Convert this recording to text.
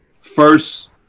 First